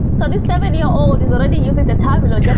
so this seven-year-old is already using the terminal, just